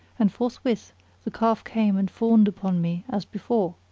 and forthwith the calf came and fawned upon me as before.